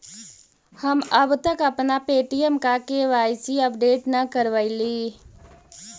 हम अब तक अपना पे.टी.एम का के.वाई.सी अपडेट न करवइली